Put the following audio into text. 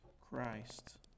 Christ